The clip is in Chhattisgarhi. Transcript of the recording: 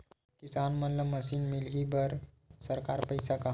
किसान मन ला मशीन मिलही बर सरकार पईसा का?